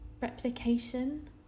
replication